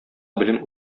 белем